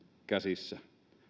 käsissä